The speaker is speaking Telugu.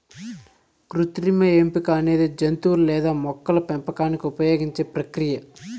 కృత్రిమ ఎంపిక అనేది జంతువులు లేదా మొక్కల పెంపకానికి ఉపయోగించే ప్రక్రియ